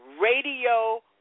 radio